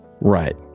Right